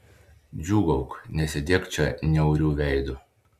džiūgauk nesėdėk čia niauriu veidu